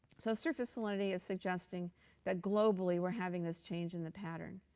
so surface salinity is suggesting that globally we're having this change in the pattern.